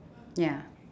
ya